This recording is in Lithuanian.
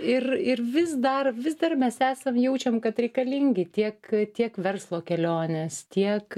ir ir vis dar vis dar mes esam jaučiam kad reikalingi tiek tiek verslo kelionės tiek